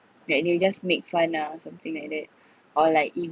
that they will just make fun ah something like that or like